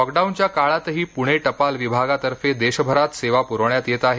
लॉकडाऊनच्या काळातही पुणे टपाल विभागातर्फे देशभरात सेवा प्रविण्यात येत आहे